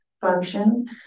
function